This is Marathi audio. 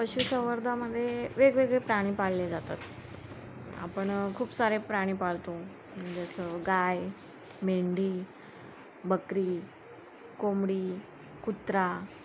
पशुसवर्धनामध्ये वेगवेगळे प्राणी पाळले जातात आपण खूप सारे प्राणी पाळतो जसं गाय मेंढी बकरी कोंबडी कुत्रा